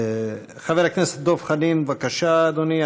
חבר הכנסת דב חנין, בבקשה, אדוני.